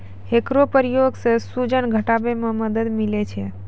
एकरो प्रयोग सें सूजन घटावै म मदद मिलै छै